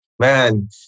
man